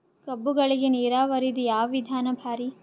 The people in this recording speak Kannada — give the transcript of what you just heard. ಕಬ್ಬುಗಳಿಗಿ ನೀರಾವರಿದ ಯಾವ ವಿಧಾನ ಭಾರಿ?